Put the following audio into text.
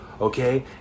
okay